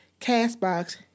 CastBox